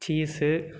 cheese